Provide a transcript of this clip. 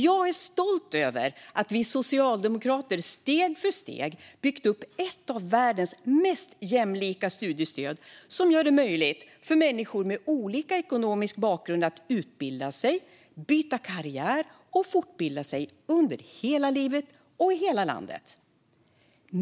Jag är stolt över att vi socialdemokrater steg för steg byggt upp ett av världens mest jämlika studiestöd som gör det möjligt för människor med olika ekonomisk bakgrund att utbilda sig, byta karriär och fortbilda sig under hela livet och i hela landet.